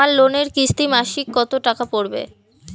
আমার লোনের কিস্তি মাসিক কত টাকা পড়বে?